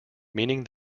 meaning